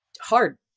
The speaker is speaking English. hard